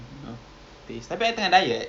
kita boleh cakap pasal